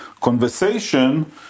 conversation